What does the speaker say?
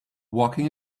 walking